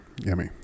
Yummy